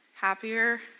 happier